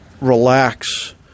relax